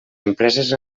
empreses